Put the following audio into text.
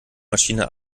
maschine